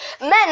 Men